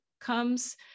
comes